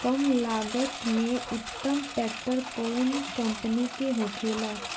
कम लागत में उत्तम ट्रैक्टर कउन कम्पनी के होखेला?